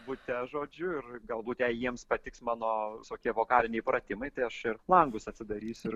bute žodžiu ir galbūt jei jiems patiks mano visokie vokaliniai pratimai tai aš ir langus atsidarysiu